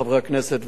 חברי הכנסת,